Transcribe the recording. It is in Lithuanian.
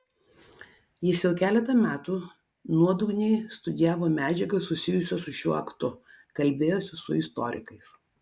jis jau keletą metų nuodugniai studijavo medžiagą susijusią su šiuo aktu kalbėjosi su istorikais